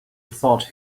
thought